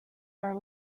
are